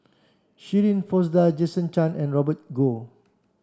Shirin Fozdar Jason Chan and Robert Goh